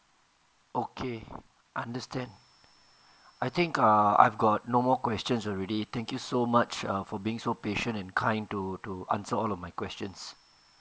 okay I understand I think uh I've got no more questions already thank you so much uh for being so patient and kind to to answer all my questions